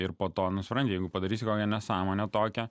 ir po to nu supranti jeigu padarysi kokią nesąmonę tokią